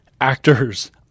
actors